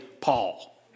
Paul